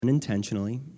unintentionally